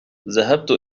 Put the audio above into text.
ذهبت